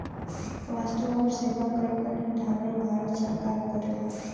वस्तु आउर सेवा कर क निर्धारण भारत सरकार करेला